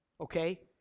Okay